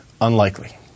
unlikely